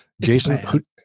Jason